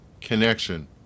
connection